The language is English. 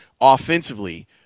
offensively